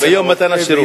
מיום מתן השירות.